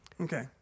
Okay